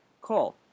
Call